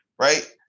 Right